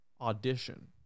audition